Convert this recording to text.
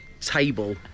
table